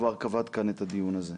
כבר קבעת כאן את הדיון הזה.